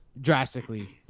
drastically